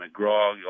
McGraw